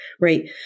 right